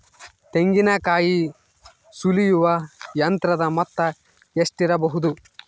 ತೆಂಗಿನಕಾಯಿ ಸುಲಿಯುವ ಯಂತ್ರದ ಮೊತ್ತ ಎಷ್ಟಿರಬಹುದು?